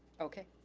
okay.